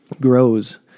grows